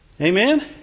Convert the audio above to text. Amen